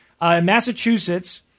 Massachusetts